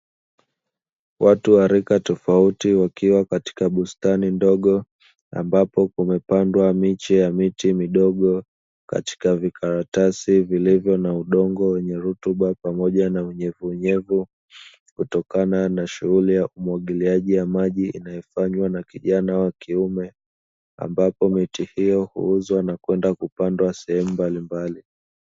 Watu wa rika tofauti wakiwa katika bustani ndogo ambapo kumepandwa miche ya miti midogo katika vikaratasi vilivyo na udongo wenye rutuba pamoja na unyevunyevu, kutokana na shughuli ya umwagiliaji wa maji inayofanywa na kijana wa kiume ambapo miti hiyo huuzwa na kwenda kupandwa sehemu mbalimbali.